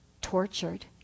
tortured